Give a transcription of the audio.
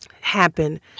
happen